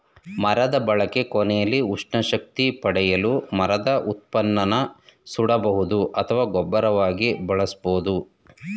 ಮರದ ಬಳಕೆ ಕೊನೆಲಿ ಉಷ್ಣ ಶಕ್ತಿ ಪಡೆಯಲು ಮರದ ಉತ್ಪನ್ನನ ಸುಡಬಹುದು ಅಥವಾ ಗೊಬ್ಬರವಾಗಿ ಬಳಸ್ಬೋದು